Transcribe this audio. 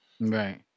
Right